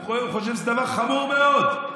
הוא חושב שזה דבר חמור מאוד,